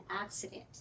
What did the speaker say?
accident